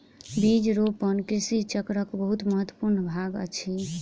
बीज रोपण कृषि चक्रक बहुत महत्वपूर्ण भाग अछि